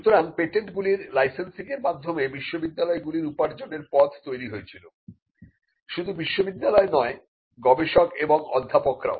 সুতরাং পেটেন্টগুলির লাইসেন্সিং এর মাধ্যমে বিশ্ববিদ্যালয়গুলি র উপার্জনের পথ তৈরি হয়েছিল শুধু বিশ্ববিদ্যালয় নয় গবেষক এবং অধ্যাপকরাও